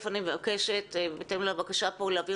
אז קודם כל אני מבקשת בהתאם לבקשה פה להעביר